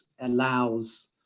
allows